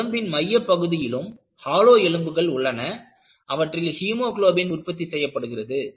நம் உடம்பின் மையப் பகுதியிலும் ஹாலோ எலும்புகள் உள்ளன அவற்றில் ஹீமோகுளோபின் உற்பத்தி செய்யப்படுகிறது